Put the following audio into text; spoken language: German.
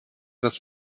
das